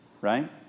Right